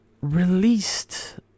released